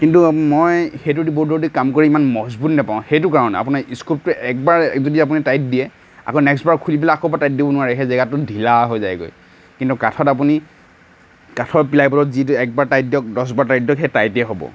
কিন্তু মই সেইটোদি বৰ্ডেদী কাম কৰি ইমান মজবুত নেপাওঁ সেইটো কাৰণে আপোনাৰ ইছক্ৰূপটো একবাৰ যদি আপুনি টাইত দিয়ে আকৌ নেক্সবাৰ খুলি পেলাই আকৌ এবাৰ টাইত দিব নোৱাৰে সেই জেগাটো ঢিলা হৈ যায়গৈ কিন্তু কাঠত আপুনি কাঠৰ প্লাই বৰ্ডত যিটো একবাৰ টাইত দিয়ক দছবাৰ টাইত দিয়ক সেই টাইতে হ'ব